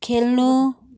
खेल्नु